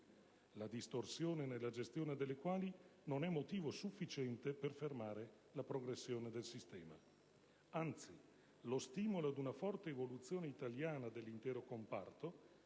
la distorsione nella gestione delle quali non è motivo sufficiente per fermare la progressione del sistema. Anzi, lo stimolo ad una forte evoluzione italiana dell'intero comparto